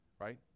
right